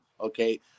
Okay